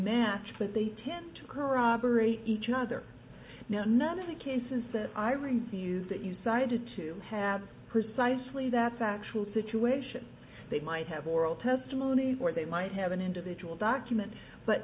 match that they tend to corroborate each other none of the cases that irene sees that you cited to have precisely that factual situation they might have oral testimony or they might have an individual document but